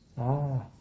all